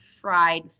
fried